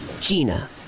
Gina